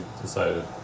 decided